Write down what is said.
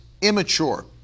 immature